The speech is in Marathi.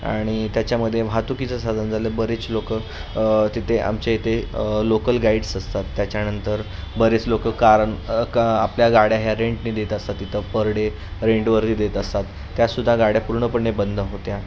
आणि त्याच्यामध्ये वाहतुकीचं साधन झालं बरेचशी लोकं तिथे आमच्या इथे लोकल गाईड्स असतात त्याच्यानंतर बरेच लोकं कारण का आपल्या गाड्या ह्या रेंटनी देत असतात तिथे पर डे रेंटवरही देत असतात त्यासुद्धा गाड्या पूर्णपणे बंद होत्या